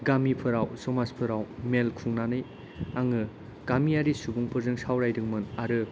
गामिफोराव समाजफोराव मेल खुंनानै आङो गामियारि सुबुंफोरजों सावरायदोंमोन आरो